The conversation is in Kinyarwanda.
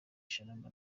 sharama